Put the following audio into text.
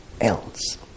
else